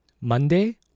Monday